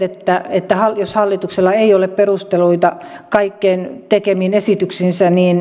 että jos hallituksella ei ole perusteluita kaikkiin tekemiinsä esityksiin